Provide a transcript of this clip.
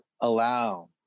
allow